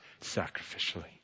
sacrificially